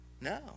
No